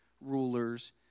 rulers